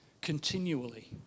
continually